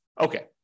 okay